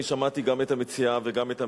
אני שמעתי גם את המציעה וגם את המשיב,